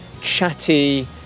chatty